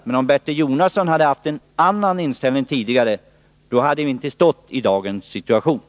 Men om Bertil Jonasson hade haft en annan inställning tidigare, hade situationen i dag inte varit vad den är.